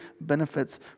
benefits